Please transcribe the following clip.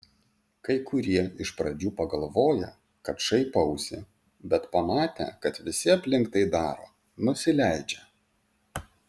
kai kurie iš pradžių pagalvoja kad šaipausi bet pamatę kad visi aplink tai daro nusileidžia